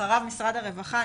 אחריו משרד הרווחה.